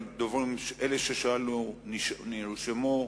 אלה ששאלו נרשמו,